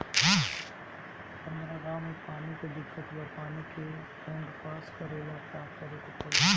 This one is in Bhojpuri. हमरा गॉव मे पानी के दिक्कत बा पानी के फोन्ड पास करेला का करे के पड़ी?